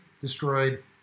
destroyed